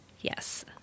Yes